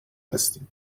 هستیم